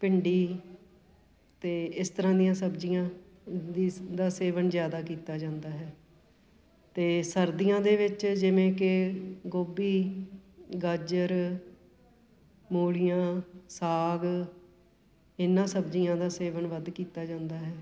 ਭਿੰਡੀ ਅਤੇ ਇਸ ਤਰ੍ਹਾਂ ਦੀਆਂ ਸਬਜ਼ੀਆਂ ਦੀ ਦਾ ਸੇਵਨ ਜ਼ਿਆਦਾ ਕੀਤਾ ਜਾਂਦਾ ਹੈ ਅਤੇ ਸਰਦੀਆਂ ਦੇ ਵਿੱਚ ਜਿਵੇਂ ਕਿ ਗੋਭੀ ਗਾਜਰ ਮੂਲੀਆਂ ਸਾਗ ਇਹਨਾਂ ਸਬਜ਼ੀਆਂ ਦਾ ਸੇਵਨ ਵੱਧ ਕੀਤਾ ਜਾਂਦਾ ਹੈ